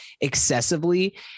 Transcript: excessively